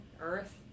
earth